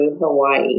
Hawaii